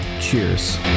cheers